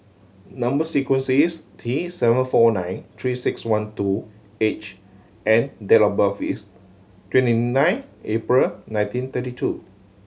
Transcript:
number sequence is T seven four nine Three Six One two H and date of birth is twenty nine April nineteen thirty two